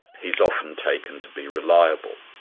he's often taken to be reliable.